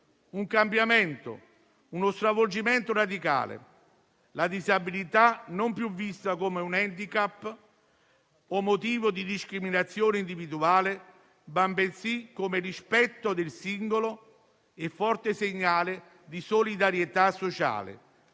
un cambiamento, di uno stravolgimento radicale. La disabilità è vista non più come un *handicap* o motivo di discriminazione individuale, ma come rispetto del singolo e forte segnale di solidarietà sociale,